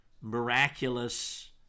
miraculous